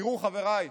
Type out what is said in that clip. תראו, חבריי,